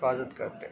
حفاظت کرتے